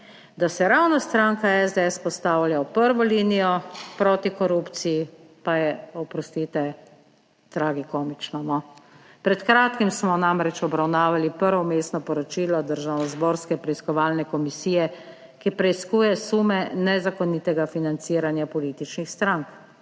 Da se ravno stranka SDS postavlja v prvo linijo proti korupciji pa je, oprostite, tragikomično, no. Pred kratkim smo namreč obravnavali prvo vmesno poročilo državnozborske preiskovalne komisije, ki preiskuje sume nezakonitega financiranja političnih strank